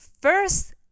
First